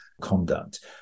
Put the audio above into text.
conduct